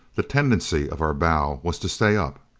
the tendency of our bow was to stay up.